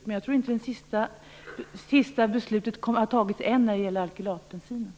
Men jag tror inte att det sista beslutet har fattats än när det gäller alkylatbensinen.